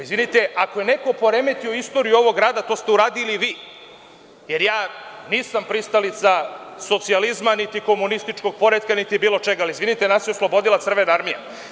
Izvinite, ako je neko poremetio istoriju ovog grada, to ste uradili vi, jer ja nisam pristalica socijalizma niti komunističkog poretka, niti bilo čega, ali izvinite, nas je oslobodila Crvena armija.